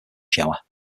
shower